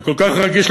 אתה כל כך רגיש,